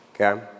Okay